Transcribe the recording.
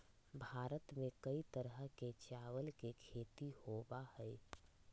भारत में कई तरह के चावल के खेती होबा हई